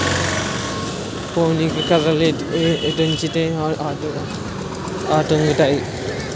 పోనీకి కర్రలు ఎటొంచితే అటొంగుతాయి